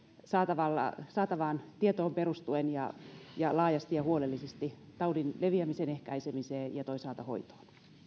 saatavaan tietoon perustuen ja varauduttu laajasti ja huolellisesti taudin leviämisen ehkäisemiseen ja toisaalta hoitoon